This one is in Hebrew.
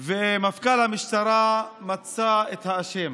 מפכ"ל המשטרה מצא את האשם,